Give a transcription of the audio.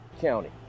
county